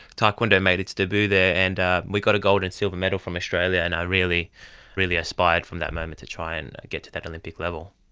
taekwondo made its debut there and we got a gold and silver medal for australian and i really really aspired from that moment to try and get to that olympic level.